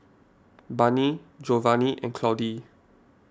Barney Jovanni and Claudie